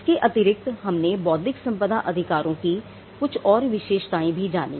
इसके अतिरिक्त हमने बौद्धिक संपदा अधिकारों की कुछ और विशेषताएं भी जानी